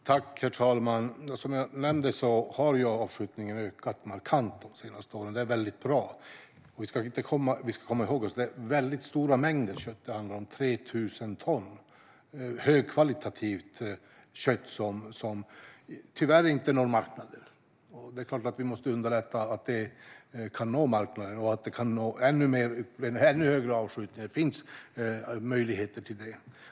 Herr talman! Som jag nämnde har avskjutningen ökat markant de senaste åren. Det är väldigt bra. Vi ska komma ihåg att det handlar om stora mängder kött - 3 000 ton högkvalitativt kött, som tyvärr inte når marknaden. Det är klart att vi måste underlätta så att det kan nå marknaden och så att vi kan nå en större avskjutning. Det finns möjligheter till det.